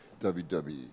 WWE